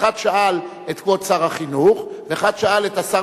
אחד שאל את כבוד שר החינוך ואחד שאל את השר